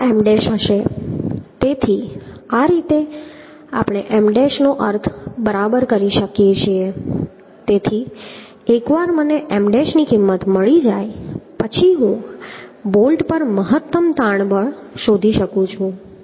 આ M dash હશે તેથી આ રીતે આપણે M ડૅશનો અર્થ બરાબર કરી શકીએ તેથી એકવાર મને M ડૅશની કિંમત મળી જાય પછી હું બોલ્ટ પર મહત્તમ તાણ બળ શોધી શકું છું